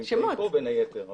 הם נמצאים כאן בין היתר.